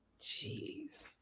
Jeez